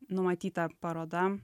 numatyta paroda